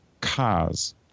cars